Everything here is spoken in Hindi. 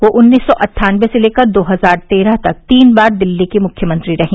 ये उन्नीस सौ अन्ठानबे से दो हजार तेरह तक तीन बार दिल्ली की मुख्यमंत्री रही